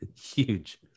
Huge